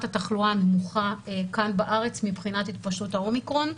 התחלואה הנמוכה כאן בארץ מבחינת התפשטות ה-אומיקרון,